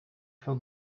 for